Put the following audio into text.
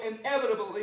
inevitably